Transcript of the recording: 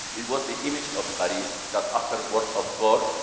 it was the image of paris, that afterwards, of course,